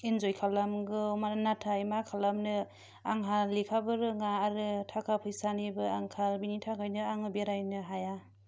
इन्जय खालामगौ मानो नाथाय मा खालामनो आंहा लेखाबो रोङा आरो थाका फैसानिबो आंखाल बिनि थाखायनो आङो बेरायनो हाया